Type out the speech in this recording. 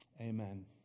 Amen